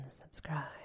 subscribe